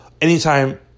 anytime